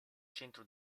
centro